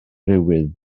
friwydd